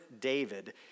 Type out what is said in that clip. David